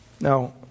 Now